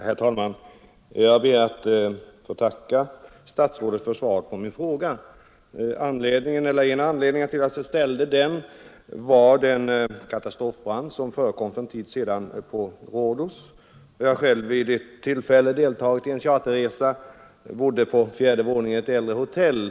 Herr talman! Jag ber att få tacka statsrådet för svaret på min fråga. En av anledningarna till att jag ställde den var den katastrofbrand som för en tid sedan inträffade på Rhodos. Jag har själv vid ett tillfälle deltagit i en charterresa. Jag bodde då på fjärde våningen i ett äldre hotell.